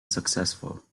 successful